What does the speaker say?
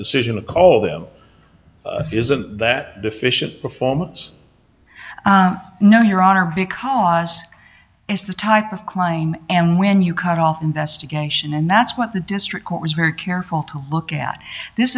decision to call them isn't that deficient performance no your honor because it's the type of klein and when you cut off investigation and that's what the district court was very careful to look at this